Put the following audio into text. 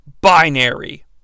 Binary